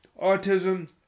autism